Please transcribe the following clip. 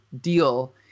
deal